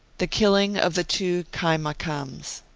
the killing of the two kaimakams.